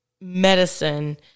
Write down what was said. medicine